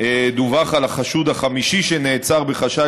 דווח על החשוד החמישי שנעצר בחשד